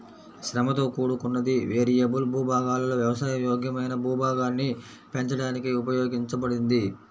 శ్రమతో కూడుకున్నది, వేరియబుల్ భూభాగాలలో వ్యవసాయ యోగ్యమైన భూభాగాన్ని పెంచడానికి ఉపయోగించబడింది